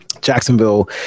Jacksonville